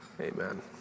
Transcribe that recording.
amen